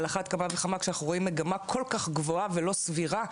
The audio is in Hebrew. על אחת כמה וכמה כשאנחנו רואים מגמה כל כך גבוהה ולא סבירה,